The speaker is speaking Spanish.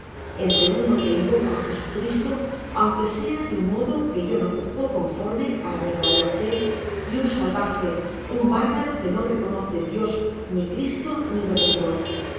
entre uno que invoca á jesucristo aunque sea de un modo que yo no juzgo conforme á la verdadera fé y un salvaje un bárbaro que no reconoce dios ni cristo ni redentor si